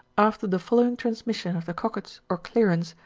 after the following transmission of the cockets or clearance,